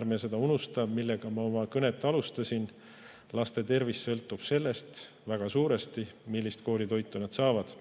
Ärme unustame seda, millega ma enne oma kõnet alustasin: laste tervis sõltub väga suuresti sellest, millist koolitoitu nad saavad.